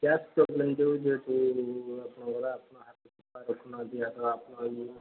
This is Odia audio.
ଗ୍ୟାସ୍ ପ୍ରୋବ୍ଲେମ୍ ଯେଉଁ ଯେହେତୁ ଆପଣ ଆପଣଙ୍କର ହାତ ସଫା ରଖୁନାହାନ୍ତି